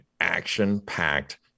action-packed